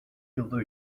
yılda